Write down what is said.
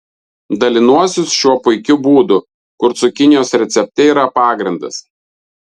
dalinuosi šiuo puikiu būdu kur cukinijos recepte yra pagrindas